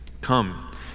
come